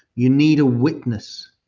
you need a witness.